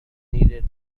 needed